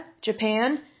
Japan